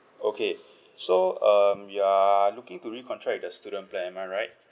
okay so um you're looking to recontract the student plan am I right